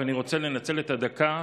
ואני רוצה לנצל את הדקה